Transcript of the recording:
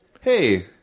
hey